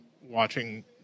watching